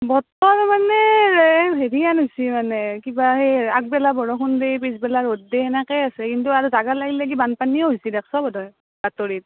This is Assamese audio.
বতৰ মানে হেৰি হান হৈছি মানে এই কিবা সেই আগবেলা বৰষুণ দে পিছবেলা ৰ'দ দে সেনেকৈ আছে কিন্তু আৰু জাগাক লেগি লেগি বানপানীও হৈছে দেখ্ছ বোধহয় বাতৰিত